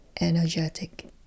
energetic